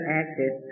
acted